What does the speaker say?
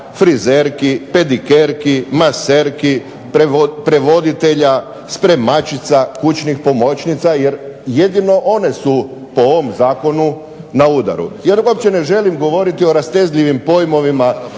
frizerki, pedikerki, maserki, prevoditelja, spremačica, kućnih pomoćnica jer jedino one po ovom zakonu na udaru. Jer uopće ne želim govoriti o rastezljivim pojmovima